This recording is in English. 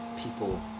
people